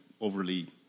overly